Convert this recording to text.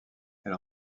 elle